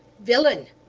villain!